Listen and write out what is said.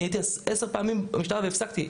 אני הייתי עשר פעמים במשטרה והפסקתי.